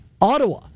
Ottawa